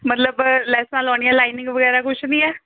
ਮਤਲਬ ਲੈਸਾਂ ਲਾਉਣੀਆਂ ਲਾਈਨਿੰਗ ਵਗੈਰਾ ਕੁਛ ਨਹੀਂ ਹੈ